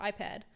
iPad